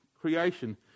creation